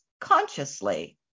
consciously